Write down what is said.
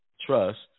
trust